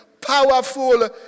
powerful